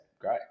great